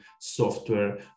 software